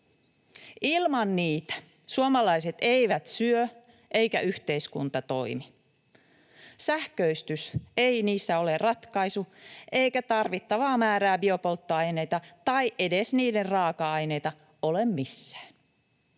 Ilman niitä suomalaiset eivät syö eikä yhteiskunta toimi. Sähköistys ei niissä ole ratkaisu eikä tarvittavaa määrää biopolttoaineita tai edes niiden raaka-aineita ole missään.